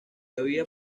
había